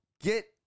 get